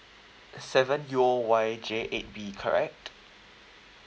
seven U O Y J eight B correct